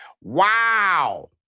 Wow